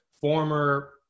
former